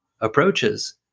approaches